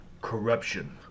corruption